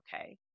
okay